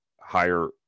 higher